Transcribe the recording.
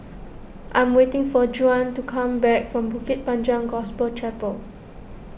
I am waiting for Juan to come back from Bukit Panjang Gospel Chapel